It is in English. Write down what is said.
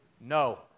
No